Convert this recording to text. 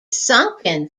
sunken